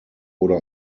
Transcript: oder